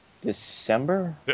December